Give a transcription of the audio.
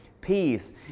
peace